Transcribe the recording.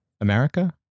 America